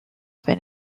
been